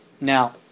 Now